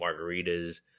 margaritas